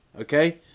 Okay